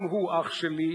גם הוא אח שלי,